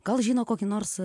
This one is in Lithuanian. gal žino kokį nors